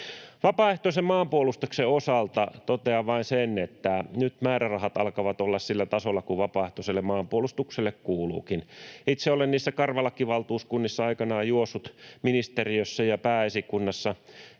Vapaaehtoisen maanpuolustuksen osalta totean vain sen, että nyt määrärahat alkavat olla sillä tasolla kuin vapaaehtoiselle maanpuolustukselle kuuluukin. Itse olen niissä karvalakkivaltuuskunnissa aikanaan juossut ministeriössä ja Pääesikunnassa